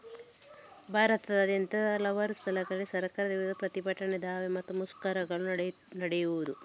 ಭಾರತದಾದ್ಯಂತ ಹಲವಾರು ಸ್ಥಳಗಳಲ್ಲಿ ಸರ್ಕಾರದ ವಿರುದ್ಧ ಪ್ರತಿಭಟನೆ, ದಾವೆ ಮತ್ತೆ ಮುಷ್ಕರಗಳು ನಡೆದವು